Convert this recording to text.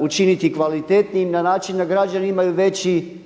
učiniti kvalitetnijim na način da građani imaju veći